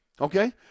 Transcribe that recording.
okay